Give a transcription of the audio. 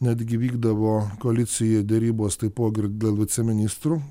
netgi vykdavo koalicija derybos taipogi ir dėl viceministrų